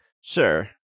Sure